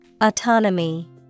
Autonomy